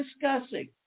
discussing